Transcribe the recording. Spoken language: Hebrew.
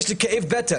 הם היו עם כאב בטן,